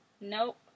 Nope